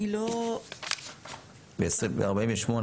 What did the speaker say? ב-48,